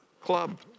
club